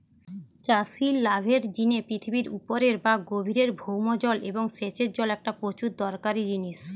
চাষির লাভের জিনে পৃথিবীর উপরের বা গভীরের ভৌম জল এবং সেচের জল একটা প্রচুর দরকারি জিনিস